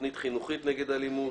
תוכנית חינוכית נגד אלימות,